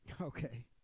okay